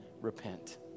repent